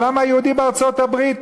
העולם היהודי בארצות-הברית,